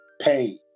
pay